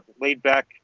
laid-back